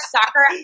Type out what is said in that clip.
soccer